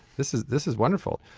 this is this is wonderful,